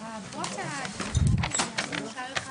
הישיבה ננעלה בשעה